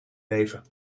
leven